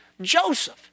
Joseph